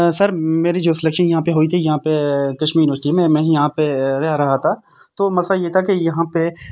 سر میری جو سلیکشن یہاں پہ ہوئی تھی یہاں پہ کشمیر یونیورسٹی میں میں ہی یہاں پہ رہ رہا تھا تو مسئلہ یہ تھا کہ یہاں پہ